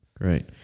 Great